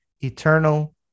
eternal